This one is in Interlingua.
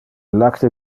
lacte